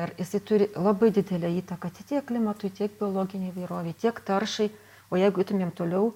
ar jisai turi labai didelę įtaką ti tiek klimatui tiek biologinei įvairovei tiek taršai o jeigu eitumėm toliau